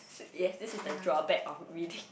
yes this is the drawback of reading